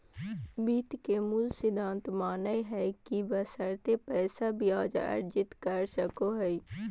वित्त के मूल सिद्धांत मानय हइ कि बशर्ते पैसा ब्याज अर्जित कर सको हइ